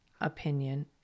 opinion